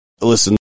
listen